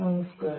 നമസ്ക്കാരം